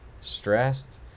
stressed